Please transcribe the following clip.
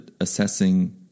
assessing